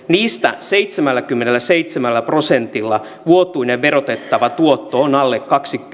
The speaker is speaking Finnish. niistä seitsemälläkymmenelläseitsemällä prosentilla vuotuinen verotettava tuotto on alle